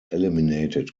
eliminated